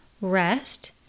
rest